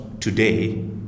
today